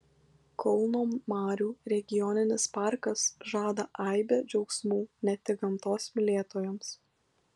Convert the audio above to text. kauno marių regioninis parkas žada aibę džiaugsmų ne tik gamtos mylėtojams